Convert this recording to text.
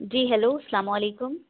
جی hello السّلام علیکم